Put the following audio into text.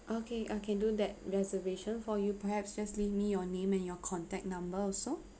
okay I can do that reservation for you perhaps just leave me your name and your contact number also